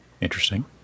Interesting